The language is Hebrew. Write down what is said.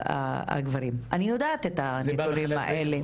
אני יודעת את הנתונים האלה.